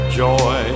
joy